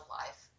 life